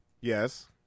Yes